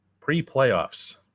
Pre-playoffs